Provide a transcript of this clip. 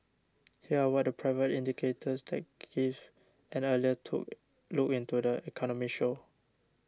here are what the private indicators that give an earlier to look into the economy show